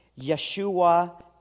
Yeshua